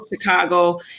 Chicago